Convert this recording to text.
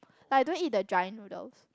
like I don't eat the dry noodles